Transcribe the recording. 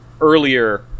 earlier